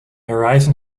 horizon